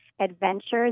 Adventures